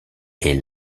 est